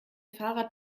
fahrrad